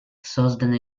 создана